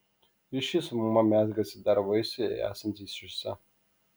ryšys su mama mezgasi dar vaisiui esant įsčiose